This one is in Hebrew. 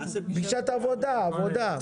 תעשו פגישת עבודה איתו.